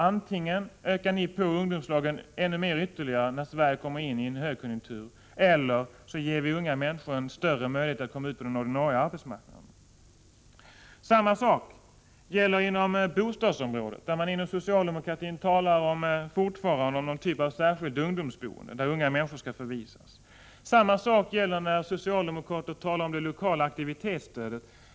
Antingen utökar ni ungdomslagen ännu mer när Sverige kommer in i en högkonjunktur, eller också ger vi unga människor en större möjlighet att få arbete på den ordinarie arbetsmarknaden. Samma sak gäller inom bostadsområdet. Socialdemokraterna talar fortfarande om någon typ av särskilt ungdomsboende, till vilket unga människor skall förvisas. Samma sak gäller när socialdemokraterna upphåller sig vid det lokala aktivitetsstödet.